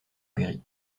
perry